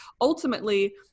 ultimately